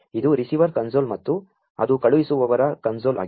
ಇದು receiver console ಮತ್ತು ಅದು ಕಳು ಹಿಸು ವವರ ಕನ್ಸೋ ಲ್ ಆಗಿತ್ತು